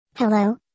Hello